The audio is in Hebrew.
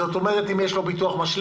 זאת אומרת, אם יש לו ביטוח משלים.